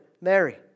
Mary